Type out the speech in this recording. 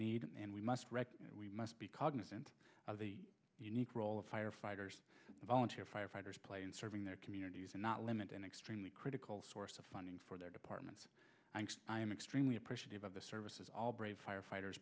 need and we must we must be cognizant of the unique role of firefighters volunteer firefighters play in serving their communities and not limit an extremely critical source of funding for their departments i am extremely appreciative of the services all brave firefighters